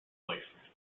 boyfriend